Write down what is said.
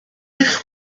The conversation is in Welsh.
eich